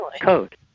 code